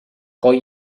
coll